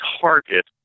target